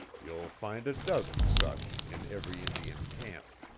you'll find a dozen such in every indian camp.